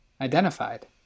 identified